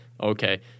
Okay